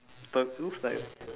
the looks like